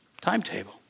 timetable